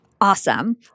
Awesome